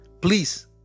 please